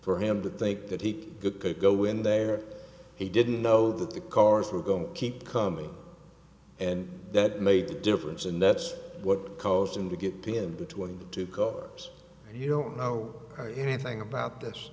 for him to think that he could go in there he didn't know that the cars were going to keep coming and that made a difference and that's what caused him to get pinned between the two covers and you don't know anything about this